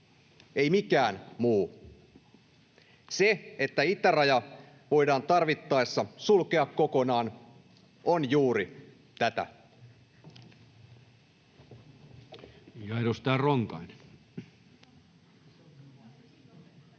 ei mikään muu. Se, että itäraja voidaan tarvittaessa sulkea kokonaan, on juuri tätä.